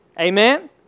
Amen